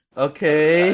okay